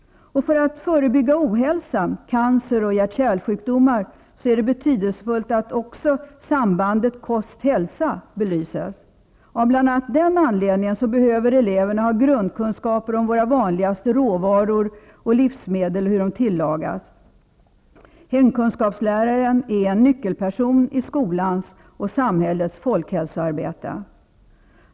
För att man skall förebygga ohälsa -- cancer, hjärtoch kärlsjukdomar -- är det betydelsefullt att också sambandet kost--hälsa belyses. Av bl.a. den anledningen behöver eleverna ha grundkunskaper om våra vanligaste råvaror och livsmedel, och hur de tillagas. Hemkunskapsläraren är en nyckelperson i skolans och samhällets folkhälsoarbete.